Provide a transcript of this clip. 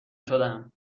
شدم